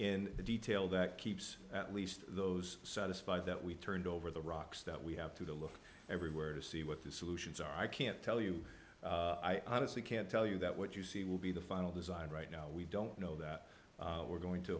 in detail that keeps at least those satisfied that we turned over the rocks that we have to look everywhere to see what the solutions are i can't tell you i honestly can't tell you that what you see will be the final design right now we don't know that we're going to